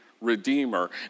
redeemer